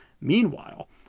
Meanwhile